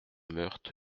meurthe